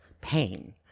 pain